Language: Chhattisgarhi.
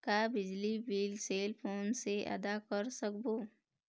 का बिजली बिल सेल फोन से आदा कर सकबो?